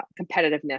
competitiveness